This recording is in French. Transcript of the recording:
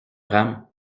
rame